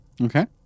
Okay